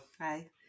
Hi